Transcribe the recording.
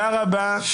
רבה.